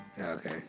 Okay